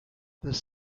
this